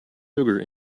sugar